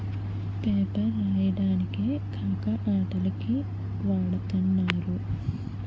paper రాయడానికే కాక అట్టల కి వాడతన్నారు